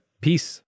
Peace